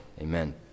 amen